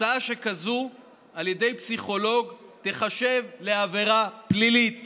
הצעה שכזאת על ידי פסיכולוג תיחשב לעבירה פלילית